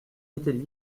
étaient